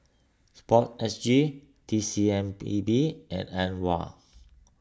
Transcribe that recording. Sport S G T C M P B and Aware